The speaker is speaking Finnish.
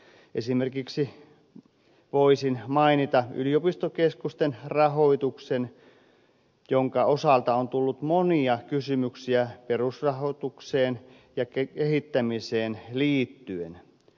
esimerkiksi voisin mainita yliopistokeskusten rahoituksen jonka osalta on tullut monia kysymyksiä perusrahoitukseen ja kehittämiseen liittyen